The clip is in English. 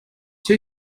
two